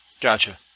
Gotcha